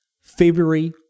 February